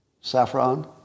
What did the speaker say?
Saffron